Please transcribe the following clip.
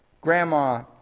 Grandma